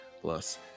plus